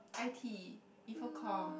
i_t info comm